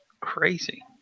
Crazy